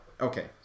Okay